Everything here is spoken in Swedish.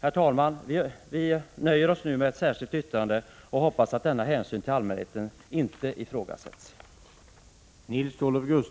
Nu nöjer vi oss med ett särskilt yttrande och hoppas att denna hänsyn till allmänheten inte ifrågasätts.